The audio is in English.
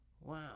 Wow